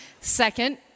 Second